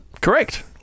Correct